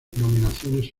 nominaciones